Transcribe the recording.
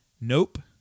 nope